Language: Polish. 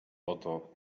oto